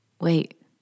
Wait